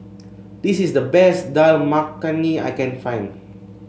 this is the best Dal Makhani I can find